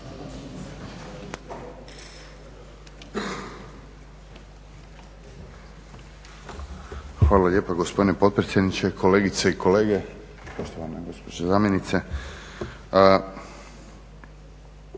Hvala lijepa gospodine potpredsjedniče. Kolegice i kolege, poštovana gospođo zamjenice.